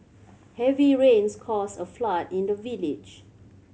heavy rains caused a flood in the village